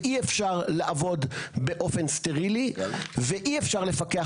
ואי אפשר לעבוד באופן סטרילי ואי אפשר לפקח